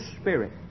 spirit